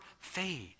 fade